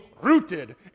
rooted